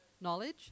knowledge